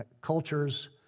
Cultures